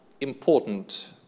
important